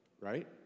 right